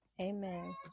Amen